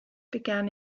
began